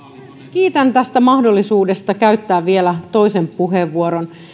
kiitän tästä mahdollisuudesta käyttää vielä toisen puheenvuoron